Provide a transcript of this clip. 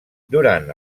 durant